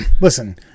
Listen